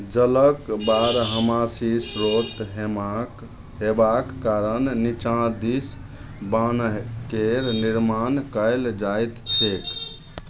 जलक बारहमासी स्रोत हेमाक हेबाक कारण निचाँ दिस बान्ह केर निर्माण कयल जाइत छैक